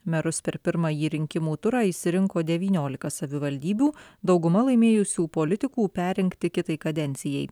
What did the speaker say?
merus per pirmąjį rinkimų turą išsirinko devyniolika savivaldybių dauguma laimėjusių politikų perrinkti kitai kadencijai